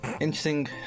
interesting